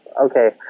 Okay